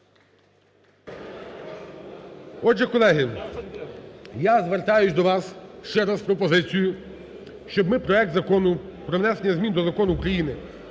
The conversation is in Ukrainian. Отже, колеги, я звертаюсь до вас ще раз з пропозицією, щоб ми проект Закону про внесення змін до Закону України